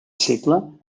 segle